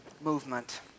Movement